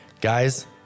Guys